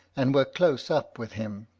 and were close up with him.